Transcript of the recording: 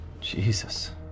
Jesus